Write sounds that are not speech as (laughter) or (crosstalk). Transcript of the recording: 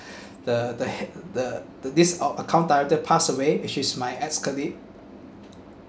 (breath) the the hea~the the this uh account director passed away which is my ex colleague